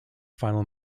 final